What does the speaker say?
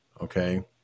okay